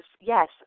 yes